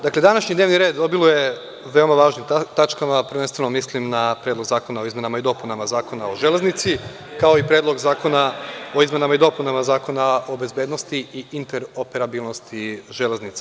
Današnji dnevni red obiluje veoma važnim tačkama, prvenstveno mislim na Predlog zakona o izmenama i dopunama Zakona o železnici, kao i Predlog zakona o izmenama i dopunama Zakona o bezbednosti i interoperabilnosti železnica.